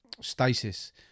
Stasis